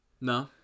No